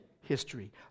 history